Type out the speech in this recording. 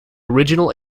original